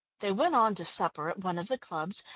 they went on to supper at one of the clubs,